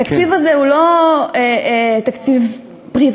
התקציב הזה הוא לא תקציב פריבילגיה.